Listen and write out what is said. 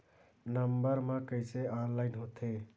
Number मा कइसे online होथे?